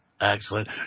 Excellent